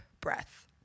breath